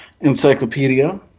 Encyclopedia